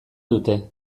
dute